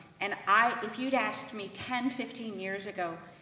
and i, if you'd asked me ten, fifteen years ago,